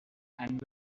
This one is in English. and